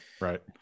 right